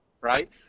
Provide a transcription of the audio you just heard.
right